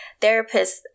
therapists